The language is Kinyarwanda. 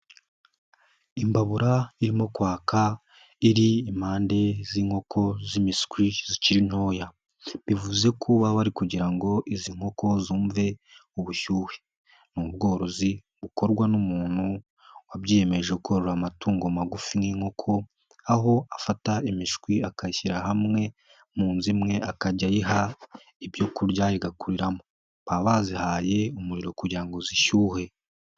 Imbabura irimo kwaka iri impande z'inkoko z'imishwi zikiri ntoya bivuze ko baba bari kugira ngo izi nkoko zumve ubushyuhe. Ni ubworozi bukorwa n'umuntu wabyiyemeje korora amatungo magufi nk'inkoko aho afata imishwi akayishyira hamwe mu nzu imwe akajya ayiha ibyo kurya igakuriramo baba bazihaye umuriro kugira ngo zishyuhe.